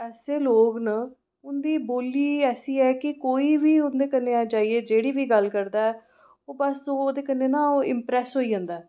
ऐसे लोक न उं'दी बोली ऐसी ऐ कि कोई बी उं'दे कन्नै जाइयै जेह्ड़ी बी गल्ल करदा ऐ ओह् बस ओह् ओह्दे कन्नै न इम्प्रैस होई जंदा ऐ